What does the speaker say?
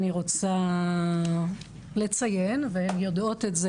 אני רוצה לציין והן יודעות את זה,